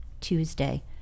Tuesday